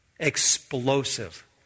explosive